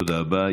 תודה רבה.